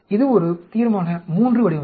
இது ஒரு தீர்மான III வடிவமைப்பு